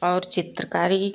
और चित्रकारी